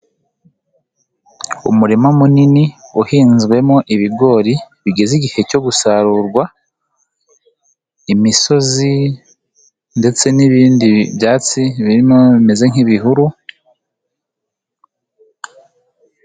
Umurima munini uhinzwemo ibigori bigeze igihe cyo gusarurwa, imisozi, ndetse n'ibindi byatsi birimo bimeze nk'ibihuru.